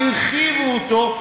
הרחיבו אותו,